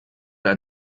ein